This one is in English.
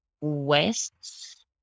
west